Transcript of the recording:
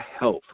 health